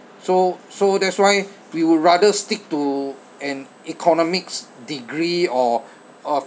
so so that's why we would rather stick to an economics degree or or